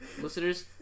Listeners